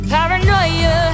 Paranoia